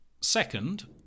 Second